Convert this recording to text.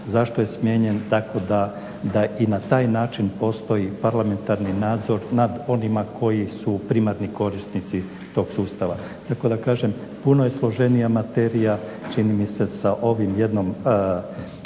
zašto je smijenjen tako da i na taj način postoji parlamentarni nadzor nad onima koji su primarni korisnici tog sustava. Tako da kažem puno je složenija materija čini mi se sa ovom jednom